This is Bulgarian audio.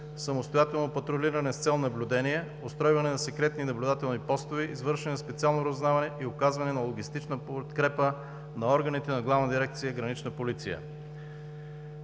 самостоятелно патрулиране с цел наблюдение, устройване на секретни наблюдателни постове, извършване на специално разузнаване и оказване на логистична подкрепа на органите на Главна дирекция „Гранична полиция“.